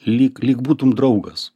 lyg lyg būtum draugas